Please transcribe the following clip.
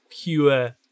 Pure